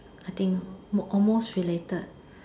I think more almost related